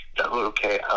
okay